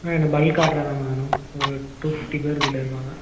ஆ இல்லை பல்க் ஆட்ராதம்மா வேணும் ஒரு டூ ஃபிஃப்டி பேர் கிட்டே இருப்பாங்க